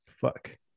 fuck